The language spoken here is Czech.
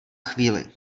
chvíli